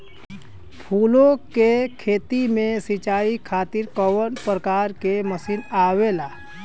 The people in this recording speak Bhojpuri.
फूलो के खेती में सीचाई खातीर कवन प्रकार के मशीन आवेला?